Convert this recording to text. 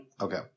Okay